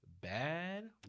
bad